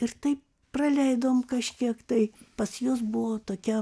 ir taip praleidom kažkiek tai pas juos buvo tokia